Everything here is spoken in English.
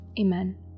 Amen